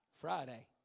Friday